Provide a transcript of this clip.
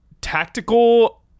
tactical